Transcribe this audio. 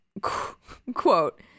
quote